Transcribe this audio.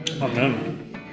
Amen